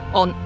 on